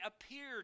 appeared